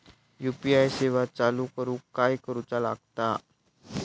UPI सेवा चालू करूक काय करूचा लागता?